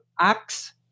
acts